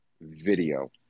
video